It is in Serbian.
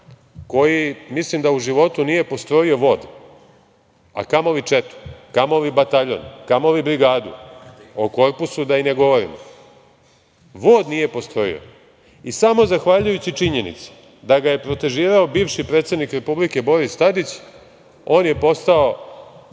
koji mislim da u životu nije postrojio vod, a kamoli četu, kamoli bataljon, kamoli brigadu, o korpusu da i ne govorim, vod nije postrojio. Samo zahvaljujući činjenici da ga je protežirao bivši predsednik Republike Boris Tadić on je postao načelnik